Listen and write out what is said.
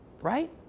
Right